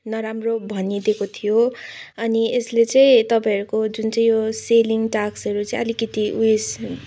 नराम्रो भनिदिएको थियो अनि यसले चाहिँ तपाईँहरूको जुन चाहिँ यो सेलिङ टास्कहरू चाहिँ अलिकति उइस